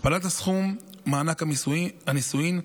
הכפלת סכום מענק הנישואים,